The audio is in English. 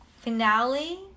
finale